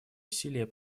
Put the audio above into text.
усилия